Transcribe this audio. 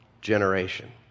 generation